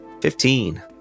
Fifteen